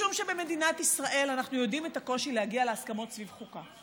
משום שבמדינת ישראל אנחנו יודעים את הקושי להגיע להסכמות סביב חוקה,